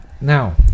now